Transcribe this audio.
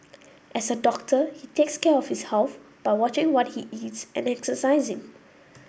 as a doctor he takes care of his health by watching what he eats and exercising